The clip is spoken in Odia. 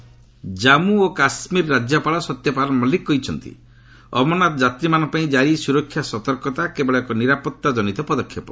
ଜେକେ ଗଭର୍ଣ୍ଣର୍ ଜନ୍ମୁ ଓ କାଶ୍ମୀର ରାଜ୍ୟପାଳ ସତ୍ୟପାଳ ମଲିକ୍ କହିଛନ୍ତି ଅମରନାଥ ଯାତ୍ରୀମାନଙ୍କ ପାଇଁ କାରି ସୁରକ୍ଷା ସତର୍କତା କେବଳ ଏକ ନିରାପତ୍ତାଟ୍ଟନିତ ପଦକ୍ଷେପ